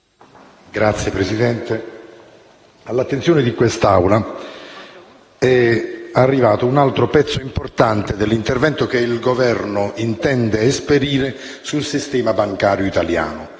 Signor Presidente, all'attenzione di quest'Assemblea è arrivato un altro pezzo importante dell'intervento che il Governo intende esperire sul sistema bancario, iniziato